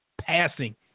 passing